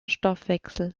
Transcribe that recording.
stoffwechsel